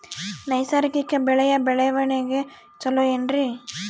ನೈಸರ್ಗಿಕ ಬೆಳೆಯ ಬೆಳವಣಿಗೆ ಚೊಲೊ ಏನ್ರಿ?